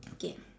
okay